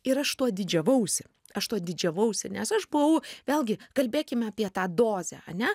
ir aš tuo didžiavausi aš tuo didžiavausi nes aš buvau vėlgi kalbėkime apie tą dozę ane